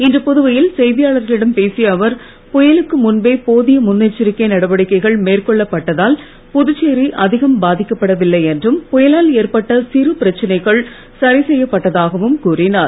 இன்று புதுவையில் செய்தியாளர்களிடம் பேசிய அவர் புயலுக்கு முன்பே போதிய முன்னெச்சரிக்கை நடவடிக்கைகள் மேற்கொள்ளப்பட்டதால் புதுச்சேரி அதிகம் பாதிக்கப்படவில்லை என்றும் புயலால் ஏற்பட்ட சிறு பிரச்சனைகள் சரி செய்யப்பட்டதாகவும் கூறினார்